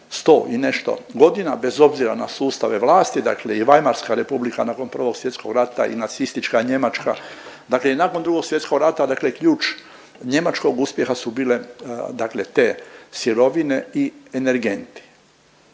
100 i nešto godina bez obzira na sustave vlasti. Dakle i Vajmarska Republika nakon Prvog svjetskog rata i nacistička Njemačka dakle i nakon Drugog svjetskog rata dakle ključ Njemačkog uspjeha su bile dakle te sirovine i energenti.